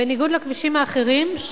בניגוד לכבישים האחרים,